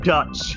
Dutch